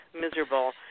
miserable